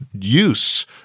use